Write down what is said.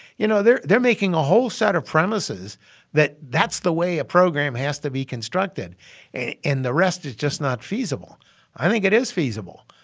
you know, they're they're making a whole set of premises that that's the way a program has to be constructed and the rest is just not feasible i think it is feasible.